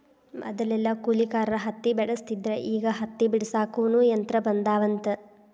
ಮದಲೆಲ್ಲಾ ಕೂಲಿಕಾರರ ಹತ್ತಿ ಬೆಡಸ್ತಿದ್ರ ಈಗ ಹತ್ತಿ ಬಿಡಸಾಕುನು ಯಂತ್ರ ಬಂದಾವಂತ